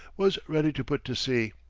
was ready to put to sea.